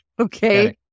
okay